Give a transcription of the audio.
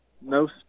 no